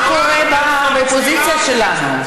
מה קורה באופוזיציה שלנו?